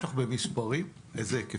יש לך במספרים, אילו היקפים?